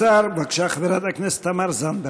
חבר הכנסת שמולי,